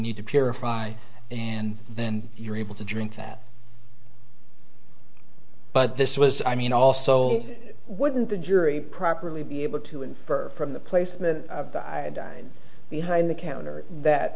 need to purify and then you're able to drink that but this was i mean also wouldn't the jury properly be able to infer from the place that i died behind the counter